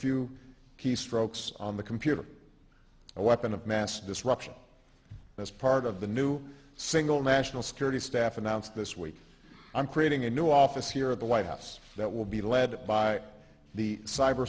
few keystrokes on the computer a weapon of mass disruption as part of the new single national security staff announced this week on creating a new office here at the white house that will be led by the cyber